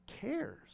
cares